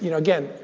you know again,